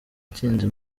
ntsinzi